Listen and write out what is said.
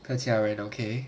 看起来很 okay